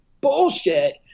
bullshit